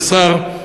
של השר,